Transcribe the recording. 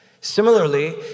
Similarly